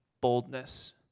boldness